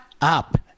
up